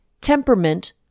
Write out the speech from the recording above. temperament